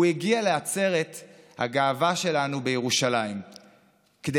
הוא הגיע לעצרת הגאווה שלנו בירושלים כדי